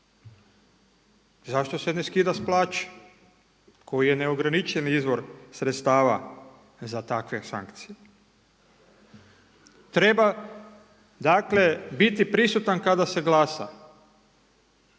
Zašto se ne skida sa plaće koji je neograničen izvor sredstava za takve sankcije? Treba dakle biti prisutan kada se glasa.